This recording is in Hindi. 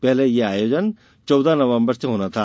पहले यह आयोजन चौदह नवम्बर से होना था